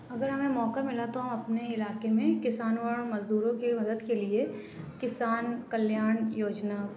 اگر ہمیں موقع ملا تو ہم اپنے علاقے میں کسانوں اور مزدوروں کی مدد کے لیے کسان کلیان یوجنا